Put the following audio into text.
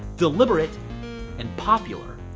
deliberate and popular.